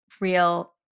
real